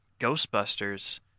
Ghostbusters